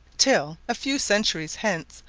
till, a few centuries hence,